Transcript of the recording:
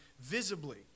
visibly